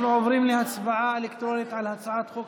אנחנו עוברים להצבעה אלקטרונית על הצעת חוק